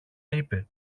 είπε